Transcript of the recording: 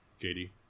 Katie